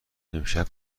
امشب